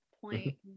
point